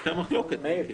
הייתה מחלוקת.